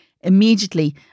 immediately